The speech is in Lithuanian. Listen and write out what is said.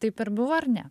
taip ir buvo ar ne